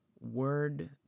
Word